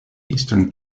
easter